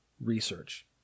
research